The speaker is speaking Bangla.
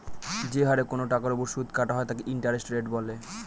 যে হারে কোনো টাকার ওপর সুদ কাটা হয় তাকে ইন্টারেস্ট রেট বলে